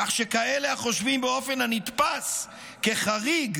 כך שכאלה החושבים באופן הנתפס כחריג,